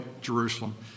Jerusalem